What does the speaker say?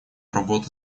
работа